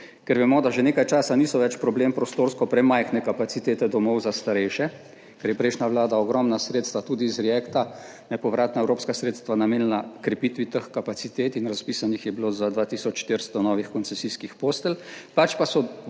ker vemo, da že nekaj časa niso več problem prostorsko premajhne kapacitete domov za starejše, ker je prejšnja vlada ogromna sredstva, tudi iz REACTA, nepovratna evropska sredstva, namenila krepitvi teh kapacitet in razpisanih je bilo za 2 tisoč 400 novih koncesijskih postelj. Pač pa so